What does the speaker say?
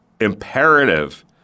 imperative